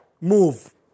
move